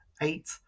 Eight